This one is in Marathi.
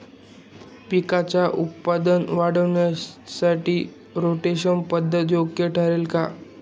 पिकाच्या उत्पादन वाढीसाठी रोटेशन पद्धत योग्य ठरेल का?